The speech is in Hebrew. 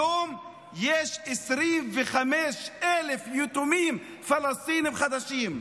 היום יש 25,000 יתומים פלסטינים חדשים.